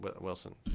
Wilson